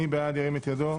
מי בעד ירים את ידו?